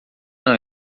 não